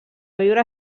viure